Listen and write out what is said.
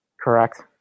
Correct